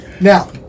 Now